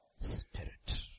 spirit